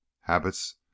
habits